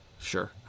Sure